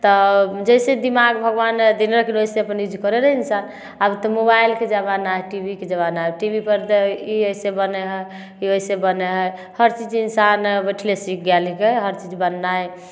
तऽ जैसे दिमाग भगबान देने रहथिन ओहिसे अपन करै रहै इन्सान आब तऽ मोबाइलके जबाना हइ टी भी के जबाना हइ टी भी पर तऽ ई एहिसे बनै हइ कि वैसे बनै हइ हर चीजके इन्सान बैठले सीख गेल हिकै हर चीज बननाइ